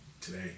today